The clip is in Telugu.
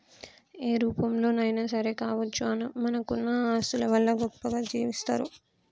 ఏ రూపంలోనైనా సరే కావచ్చు మనకున్న ఆస్తుల వల్ల గొప్పగా జీవిస్తరు